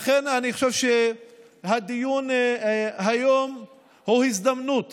לכן, אני חושב שהדיון היום הוא הזדמנות